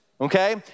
okay